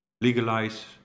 legalize